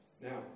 Now